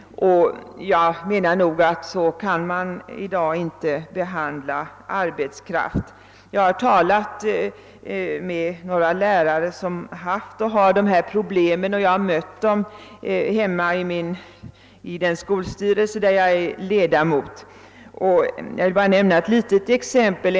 Jag anser att man i dag inte kan behandla arbetskraft på detta sätt. Jag har talat med några lärare, som haft och har dessa problem, och jag har mött dem i den skolstyrelse där jag är ledamot. Jag vill ge ett exempel.